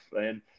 And-